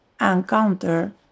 encounter